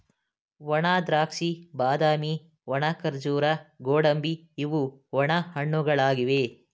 ಒಣದ್ರಾಕ್ಷಿ, ಬಾದಾಮಿ, ಒಣ ಖರ್ಜೂರ, ಗೋಡಂಬಿ ಇವು ಒಣ ಹಣ್ಣುಗಳಾಗಿವೆ